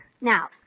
Now